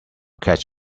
catch